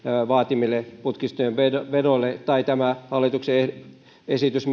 vaatimille putkistojen vedoille eli tämä hallituksen esitys